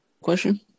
question